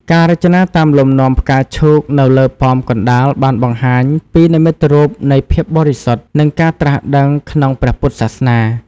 ការរចនាតាមលំនាំផ្កាឈូកនៅលើប៉មកណ្តាលបានបង្ហាញពីនិមិត្តរូបនៃភាពបរិសុទ្ធនិងការត្រាស់ដឹងក្នុងព្រះពុទ្ធសាសនា។